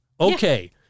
Okay